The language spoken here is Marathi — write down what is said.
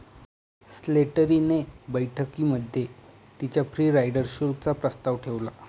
स्लेटरी ने बैठकीमध्ये तिच्या फ्री राईडर शुल्क चा प्रस्ताव ठेवला